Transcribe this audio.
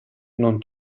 non